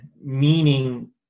meaning